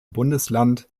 bundesland